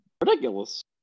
Ridiculous